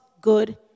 good